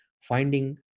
finding